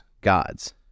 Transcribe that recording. gods